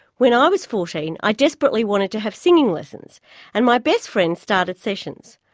when i was fourteen i desperately wanted to have singing lessons and my best friend started sessions.